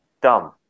dumb